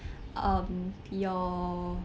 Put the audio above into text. um your